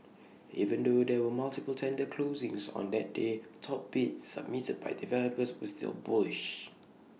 even though there were multiple tender closings on that day top bids submitted by developers were still bullish